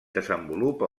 desenvolupa